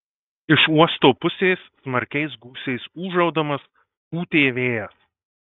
iš uosto pusės smarkiais gūsiais ūžaudamas pūtė vėjas